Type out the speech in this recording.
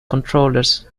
controllers